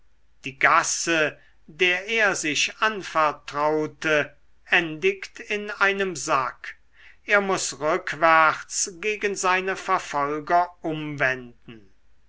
die gasse der er sich anvertraute endigt in einem sack er muß rückwärts gegen seine verfolger umwenden